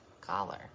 Collar